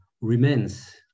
remains